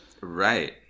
Right